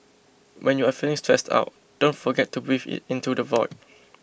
when you are feeling stressed out don't forget to breathe it into the void